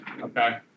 Okay